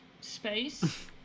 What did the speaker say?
Space